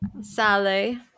Sally